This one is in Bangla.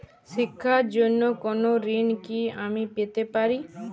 শিক্ষার জন্য কোনো ঋণ কি আমি পেতে পারি?